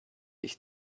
ich